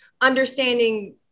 understanding